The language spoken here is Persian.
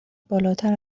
بالاتر